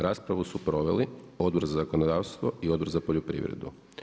Raspravu su proveli Odbor za zakonodavstvo i Odbor za poljoprivredu.